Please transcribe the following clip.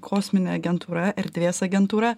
kosminė agentūra erdvės agentūra